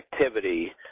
activity